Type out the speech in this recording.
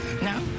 No